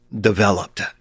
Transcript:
developed